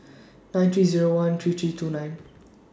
nine three Zero one three three two nine